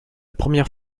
première